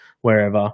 wherever